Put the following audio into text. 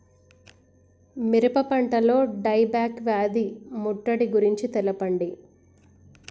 మిరప పంటలో die back వ్యాధి ముట్టడి గురించి తెల్పండి?